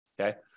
Okay